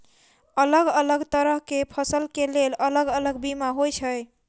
अलग अलग तरह केँ फसल केँ लेल अलग अलग बीमा होइ छै?